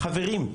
חברים,